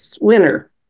winner